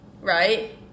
Right